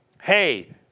hey